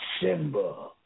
Simba